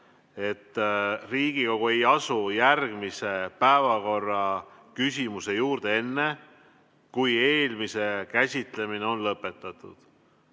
"Riigikogu ei asu järgmise päevakorraküsimuse juurde enne, kui eelmise käsitlemine on lõpetatud."